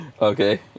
Okay